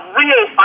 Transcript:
real